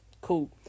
cool